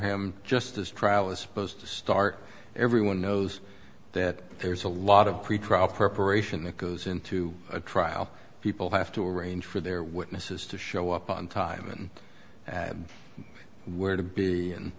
him just as trial is supposed to start everyone knows that there's a lot of pretrial preparation that goes into a trial people have to arrange for their witnesses to show up on time and add where to be a